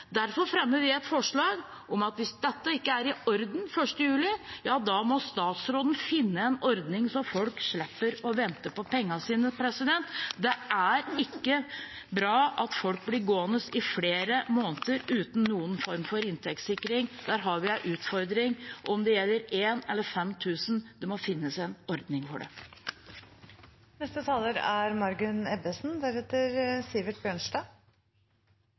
Derfor fremmer vi et forslag om at hvis dette ikke er i orden 1. juli, må statsråden finne en ordning så folk slipper å vente på pengene sine. Det er ikke bra at folk blir gående i flere måneder uten noen form for inntektssikring. Der har vi en utfordring om det gjelder en eller fem tusen. Det må finnes en ordning for det. Jeg er